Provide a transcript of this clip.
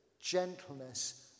gentleness